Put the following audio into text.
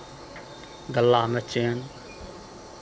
गलामे चेन